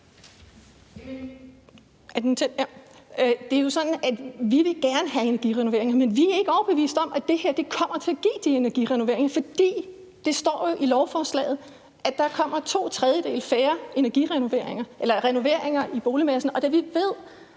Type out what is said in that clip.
Det er jo sådan, at vi gerne vil have energirenovering, men vi er ikke overbevist om, at det her kommer til at give de energirenoveringer, for der står jo i lovforslaget, at der kommer to tredjedele færre renoveringer i boligmassen. Og da vi ved,